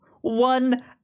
one